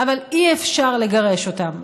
אבל אי-אפשר לגרש אותם.